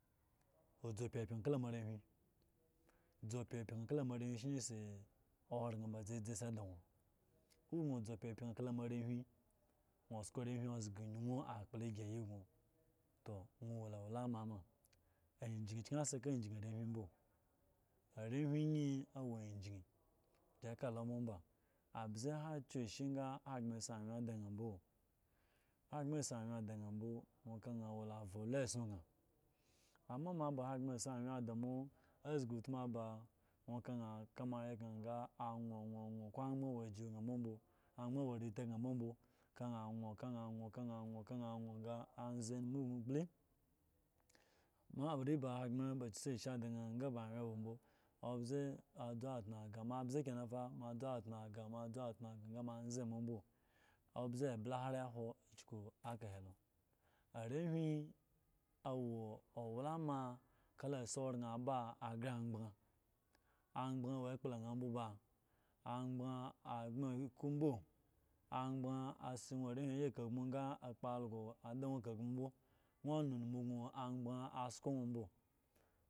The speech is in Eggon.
Odzu pyepye kala mo arehwi dzu pyepye kala mo arehwii osi oran dzizi ada na nwo ban dzu pyepye kala moarehwi gno osko arechwi oska anuakpolo esayi san to nwo wo owalama ma asyin eme kyen esi kl asyin arehwil mbo arehwi ayin awo asyin gi ekalo bombo abza ahan akyu ashe he hosbre osi anwye da na mbo hogbre asi anwye adan mbo a wo vulo esson na ambo ma mo ba hogbre asi anwye adi mo a si utmu ba aka na aka mo awye ga anwonwonwo angban awo kana awo sa aze sli nwo yi ari ba hogbren asi ashe adan ga b anwye awo z-zu tuno sa mo dzu otaasa dzu tu aya har ebla ewo arehwi awoyan asi owalama kala oran aba agre agre angban angban awo eglo na mbo ba agba agno eku mbo anybanasi nwo are ayi kogum ga asi algo adan akusum mbo nwo onum yno